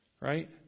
Right